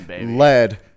Lead